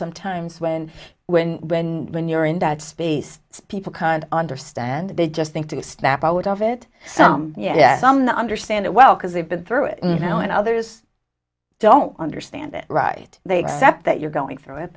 sometimes when when when when you're in that space people can't understand they just think to snap out of it some yes i'm not understand it well because they've been through it you know and others don't understand it right they accept that you're going through it